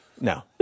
No